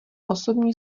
osobní